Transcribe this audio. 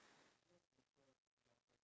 iya true